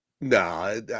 No